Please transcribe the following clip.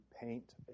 paint